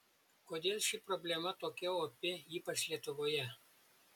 kodėl ši problema tokia opi ypač lietuvoje